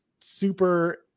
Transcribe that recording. super